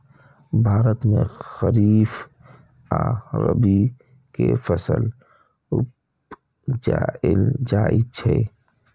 भारत मे खरीफ आ रबी के फसल उपजाएल जाइ छै